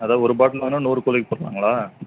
அதான் ஒரு பாட்டில் வாங்கினா நூறு கோழிக்கி போடலாங்களா